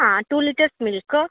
ಹಾಂ two litres milk